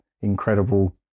incredible